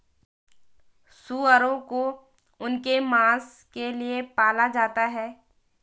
सूअरों को उनके मांस के लिए पाला जाता है